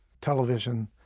television